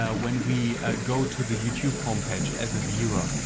ah when we ah go to the youtube homepage as a viewer,